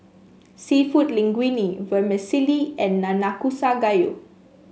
seafood Linguine Vermicelli and Nanakusa Gayu